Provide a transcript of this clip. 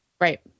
Right